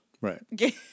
Right